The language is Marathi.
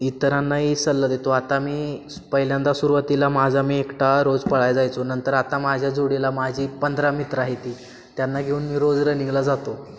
इतरांनाही सल्ला देतो आता मी पहिल्यांदा सुरुवातीला माझा मी एकटा रोज पळायला जायचो नंतर आता माझ्या जोडीला माझे पंधरा मित्र आहे ती त्यांना घेऊन मी रोज रनिंगला जातो